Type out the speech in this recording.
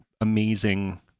amazing